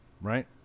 Right